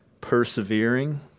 Persevering